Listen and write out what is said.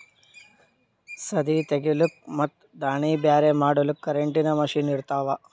ಸದೀ ತೆಗಿಲುಕ್ ಮತ್ ದಾಣಿ ಬ್ಯಾರೆ ಮಾಡಲುಕ್ ಕರೆಂಟಿನ ಮಷೀನ್ ಇರ್ತಾವ